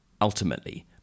ultimately